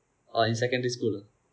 or in secondary school